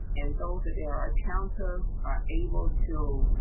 and those that there are counter are able to.